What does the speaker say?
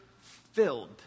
filled